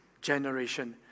generation